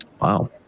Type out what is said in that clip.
Wow